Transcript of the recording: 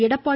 Edappadi